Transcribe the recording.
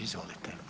Izvolite.